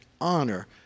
honor